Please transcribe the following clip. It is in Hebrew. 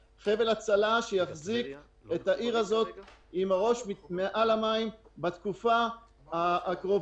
הזאת צריכה חבל הצלה שיחזיק את העיר עם הראש מעל המים בתקופה הקרובה.